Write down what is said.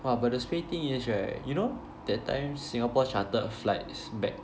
!wah! but the sp~ thing is right you know that time Singapore chartered flights back